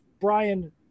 Brian